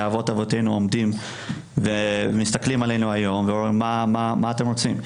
אבות אבותינו עומדים ומסתכלים עלינו היום ואומרים מה אתם רוצים,